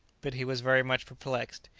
but he was very much perplexed.